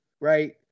right